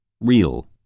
Real